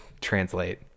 translate